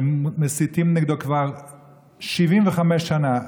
שמסיתים נגדו כבר 75 שנה.